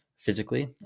physically